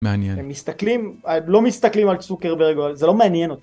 מעניין, הם מסתכלים הם לא מסתכלים על צוקרברג זה לא מעניין אותם.